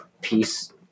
peace